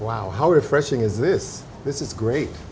wow how refreshing is this this is great